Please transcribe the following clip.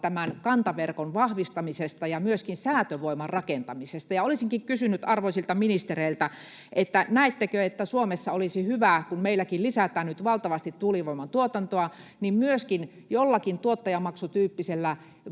kantaverkon vahvistamisesta ja myöskin säätövoiman rakentamisesta. Olisinkin kysynyt arvoisilta ministereiltä, näettekö, että myöskin Suomessa olisi hyvä, kun meilläkin lisätään nyt valtavasti tuulivoiman tuotantoa, jollakin tuottajamaksutyyppisellä